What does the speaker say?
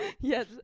Yes